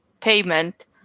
payment